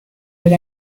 ver